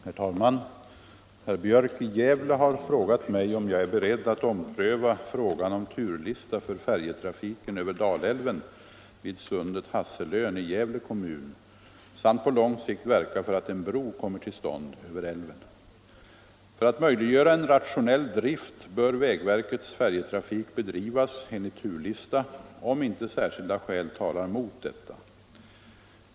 Herr talman! Herr Björk i Gävle har frågat mig om jag är beredd att ompröva frågan om turlista för färjtrafiken över Dalälven vid Sundet Hasselön i Gävle kommun samt på lång sikt verka för att en bro kommer till stånd över älven. För att möjliggöra en rationell drift bör vägverkets färjtrafik bedrivas enligt turlista om inte särskilda skäl talar mot detta.